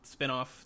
spinoff